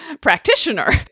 practitioner